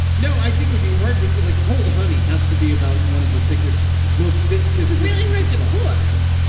no i think would be hard to like cold. honey has to be about one of the thickest most viscously really. right to a whore.